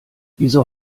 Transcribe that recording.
wieso